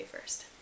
first